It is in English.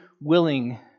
willing